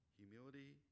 humility